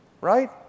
Right